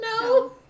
No